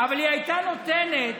אבל היא הייתה נותנת